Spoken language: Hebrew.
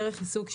דרך עיסוק,